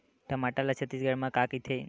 टमाटर ला छत्तीसगढ़ी मा का कइथे?